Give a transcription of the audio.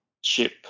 ship